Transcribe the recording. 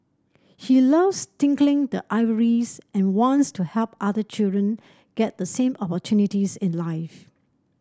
he loves tinkling the ivories and wants to help other children get the same opportunities in life